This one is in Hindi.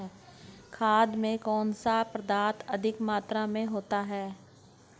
खाद में कौन सा पदार्थ अधिक मात्रा में होता है?